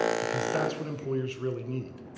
because that's what employers really need.